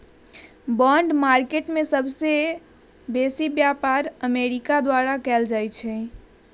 bond market में सबसे बेसी व्यापार अमेरिका द्वारा कएल जाइ छइ